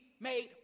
made